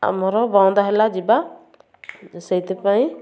ଆମର ବନ୍ଦ ହେଲା ଯିବା ସେଇଥିପାଇଁ